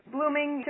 Blooming